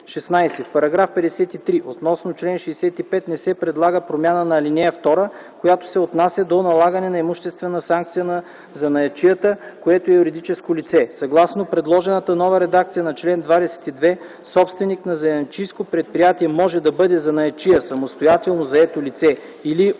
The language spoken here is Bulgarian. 16. В § 53 относно чл. 65 не се предлага промяна на ал. 2, която се отнася до налагане на имуществена санкция на занаятчията, когато е юридическо лице. Съгласно предложената нова редакция на чл. 22 „собственик на занаятчийско предприятие може да бъде занаятчия – самостоятелно заето лице, или обединени